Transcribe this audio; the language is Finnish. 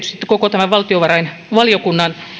koko valtiovarainvaliokunnan